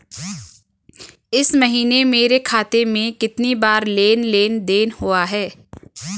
इस महीने मेरे खाते में कितनी बार लेन लेन देन हुआ है?